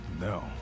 No